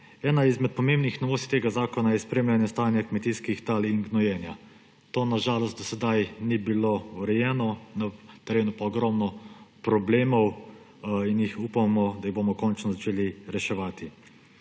Ena izmed pomembnih novosti tega zakona je spremljanje stanja kmetijskih tal in gonjenja. To na žalost do sedaj ni bilo urejeno, na terenu pa ogromno problemov. Upamo, da jih bomo končno začeli reševati.